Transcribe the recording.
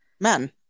men